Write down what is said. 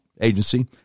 agency